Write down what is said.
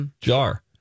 jar